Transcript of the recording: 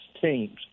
teams